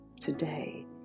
today